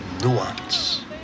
Nuance